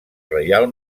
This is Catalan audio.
reial